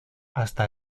hasta